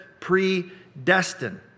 predestined